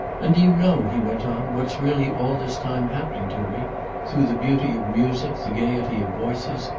and do you know, he went on, what's really all this time happening to me through the beauty of music, the gaiety of voices,